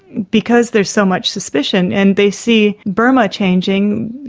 because there's so much suspicion and they see burma changing